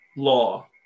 law